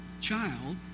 child